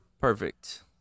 Perfect